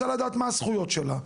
רוצה לדעת מה הזכויות שלה,